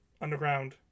underground